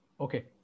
Okay